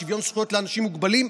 שוויון זכויות לאנשים מוגבלים,